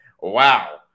wow